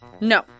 No